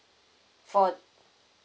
for